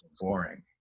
boring